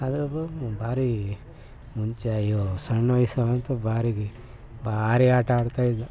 ಅದರಲ್ಲೊಂದು ಭಾರಿ ಮುಂಚೆ ಅಯ್ಯೋ ಸಣ್ಣ ವಯ್ಸಲ್ಲಂತೂ ಭಾರಿ ರೀ ಬಾರಿ ಆಟ ಆಡ್ತಾ ಇದೆ